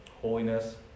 holiness